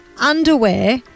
underwear